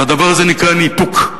והדבר הזה נקרא ניתוק,